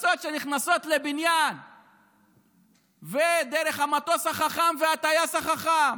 פצצות שנכנסות לבניין דרך המטוס החכם והטייס החכם